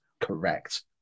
Correct